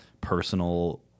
personal